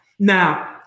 Now